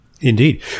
Indeed